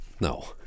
no